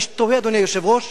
ואני תוהה, אדוני היושב-ראש,